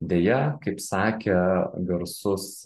deja kaip sakė garsus